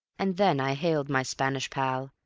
and then i hailed my spanish pal,